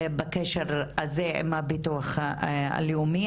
בקשר הזה עם הביטוח הלאומי,